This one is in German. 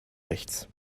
rechts